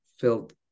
felt